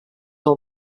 all